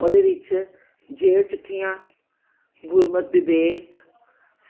ਉਹਦੇ ਵਿੱਚ ਜੇਲ੍ਹ ਚਿੱਠੀਆਂ ਗੁਰਮਤਿ ਵਿਵੇਕ